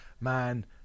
man